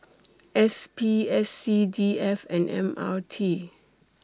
S P S C D F and M R T